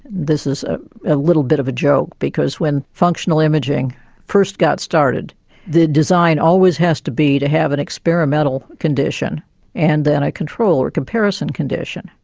this is a a little bit of a joke because when functional imaging first got started the design always has to be to have an experimental condition and then a control, or a comparison condition.